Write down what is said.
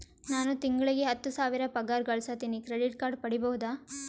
ನಾನು ತಿಂಗಳಿಗೆ ಹತ್ತು ಸಾವಿರ ಪಗಾರ ಗಳಸತಿನಿ ಕ್ರೆಡಿಟ್ ಕಾರ್ಡ್ ಪಡಿಬಹುದಾ?